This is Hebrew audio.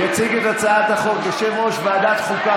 יציג את הצעת החוק יושב-ראש ועדת החוקה,